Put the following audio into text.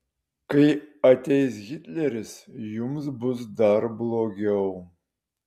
kai ateis hitleris jums bus dar blogiau